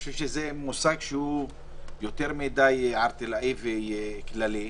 זה מושג יותר מדי ערטילאי וכללי,